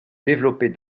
développer